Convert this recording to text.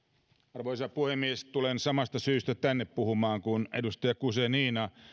arvoisa puhemies tulen samasta syystä tänne puhumaan kuin edustaja guzenina